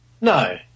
No